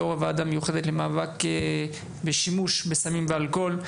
יו"ר הוועדה המיוחדת למאבק בשימוש בסמים ואלכוהול.